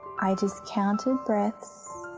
i just counted breaths,